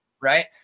Right